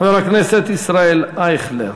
חבר הכנסת ישראל אייכלר,